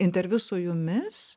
interviu su jumis